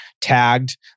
tagged